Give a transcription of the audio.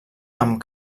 amb